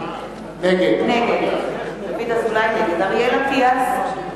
נגד אריאל אטיאס,